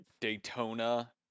Daytona